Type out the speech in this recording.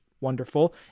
wonderful